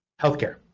healthcare